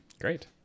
Great